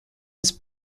was